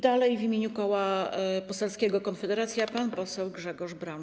Dalej w imieniu Koła Poselskiego Konfederacja pan poseł Grzegorz Braun.